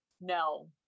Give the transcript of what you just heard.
no